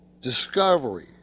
discovery